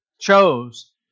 chose